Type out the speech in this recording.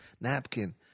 napkin